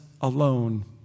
alone